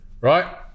Right